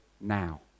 now